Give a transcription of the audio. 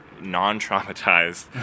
non-traumatized